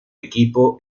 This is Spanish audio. equipo